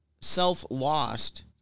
self-lost